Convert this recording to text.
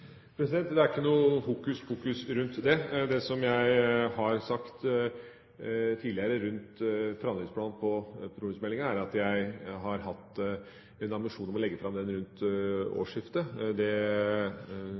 Det er ikke noe hokuspokus rundt det. Det som jeg har sagt tidligere om framdriftsplanen på petroleumsmeldinga, er at jeg har hatt en ambisjon om å legge den fram rundt årsskiftet. Det kan bety at den